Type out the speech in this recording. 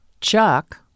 Chuck